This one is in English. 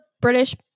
British